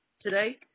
today